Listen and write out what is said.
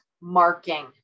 marking